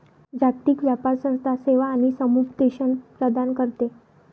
जागतिक व्यापार संस्था सेवा आणि समुपदेशन प्रदान करते